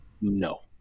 no